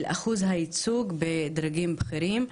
של אחוז הייצוג בדרגים בכירים.